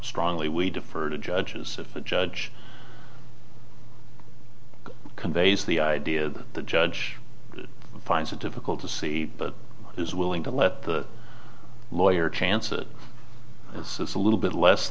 strongly we defer to judges but judge conveys the idea that the judge finds it difficult to see but is willing to let the lawyer chances so it's a little bit less